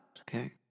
Okay